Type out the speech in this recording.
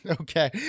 Okay